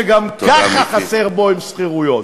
שגם ככה חסרות בו דירות להשכרה,